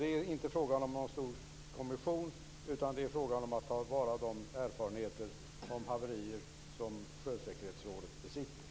Det är inte fråga om någon stor kommission, utan det är fråga om att man skall ta till vara de erfarenheter av haverier som Sjösäkerhetsrådet besitter.